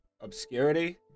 Obscurity